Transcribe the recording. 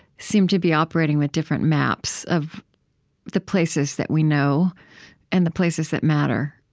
seem to be operating with different maps of the places that we know and the places that matter.